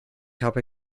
habe